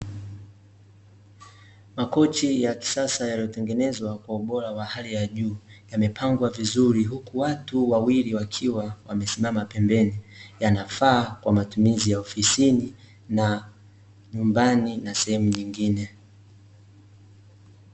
Makochi ya kisasa yaliyotengenezwa kwa ubora wa hali ya juu, yamepangwa vizuri huku watu wawili, wakiwa wamesimama pembeni. Yanafaa kwa matumizi ya ofisini, na nyumbani na sehemu nyingine.